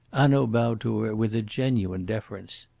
hanaud bowed to her with a genuine deference.